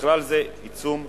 ובכלל זה עיצום כספי.